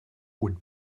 would